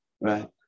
Right